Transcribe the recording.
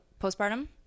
postpartum